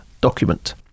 document